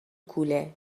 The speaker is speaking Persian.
کوله